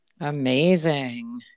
amazing